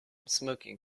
smoking